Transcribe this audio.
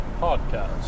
Podcast